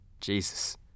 Jesus